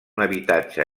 habitatge